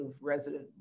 resident